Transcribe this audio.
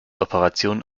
operationen